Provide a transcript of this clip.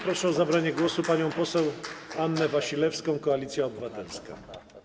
Proszę o zabranie głosu panią poseł Annę Wasilewską, Koalicja Obywatelska.